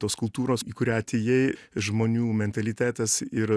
tos kultūros į kurią atėjai žmonių mentalitetas ir